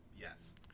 yes